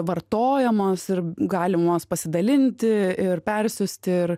vartojamos ir galimos pasidalinti ir persiųsti ir